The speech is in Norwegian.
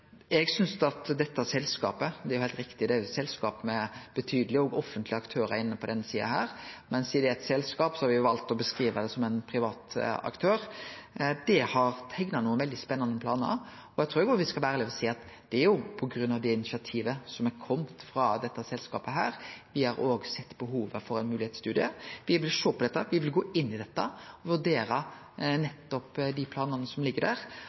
eg synest at dette selskapet – og det er heilt rett, det er eit selskap med òg betydelege offentlege aktørar inne på denne sida, men sidan det er eit selskap, har me valt å beskrive det som ein privat aktør – har teikna nokre veldig spennande planar. Eg trur òg me skal vere ærlege og seie at det òg er på grunn av det initiativet som har kome frå dette selskapet, at me har sett behovet for ein moglegheitsstudie. Me vil sjå på dette, me vil gå inn i dette og vurdere nettopp dei planane som ligg der.